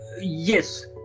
yes